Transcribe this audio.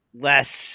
less